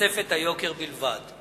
בתוספת היוקר בלבד".